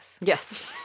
yes